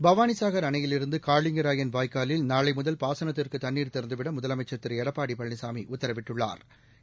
பவானிசாஹா் அணையிலிருந்து காளிங்கராயன் வாய்க்காலில் நாளை முதல் பாசனத்துக்கு தண்ணீா திறந்துவிட முதலமைச்சா் திரு எடப்பாடி பழனிசாமி உத்தரவிட்டுள்ளாா்